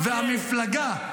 עם עבריין.